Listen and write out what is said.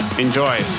Enjoy